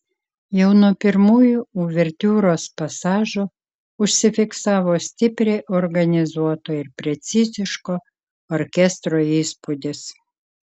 jau nuo pirmųjų uvertiūros pasažų užsifiksavo stipriai organizuoto ir preciziško orkestro įspūdis